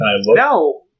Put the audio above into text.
No